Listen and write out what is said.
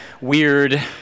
weird